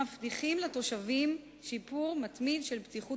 מבטיחים לתושבים שיפור מתמיד של בטיחות